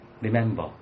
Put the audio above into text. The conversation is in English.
remember